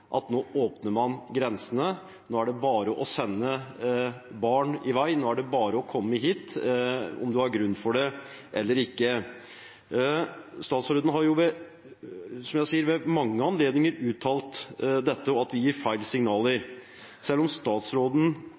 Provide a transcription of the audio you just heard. at nå åpner man grensene. Nå er det bare å sende barn i vei. Nå er det bare å komme hit, om du har grunn til det eller ikke. Statsråden har ved mange anledninger uttalt dette og at det gir feil signaler, selv om statsråden